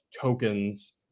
tokens